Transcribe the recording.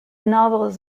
novels